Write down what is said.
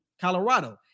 Colorado